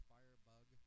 Firebug